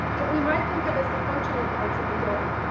what we might think of as the functional parts of the building,